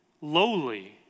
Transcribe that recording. lowly